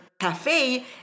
cafe